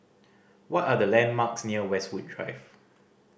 what are the landmarks near Westwood Drive